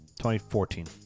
2014